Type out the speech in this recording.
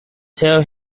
tell